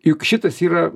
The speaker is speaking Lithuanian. juk šitas yra